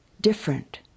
different